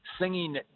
singing